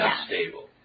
unstable